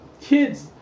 Kids